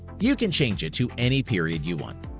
you can change it to any period you want.